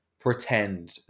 pretend